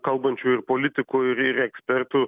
kalbančių ir politikų ir ir ekspertų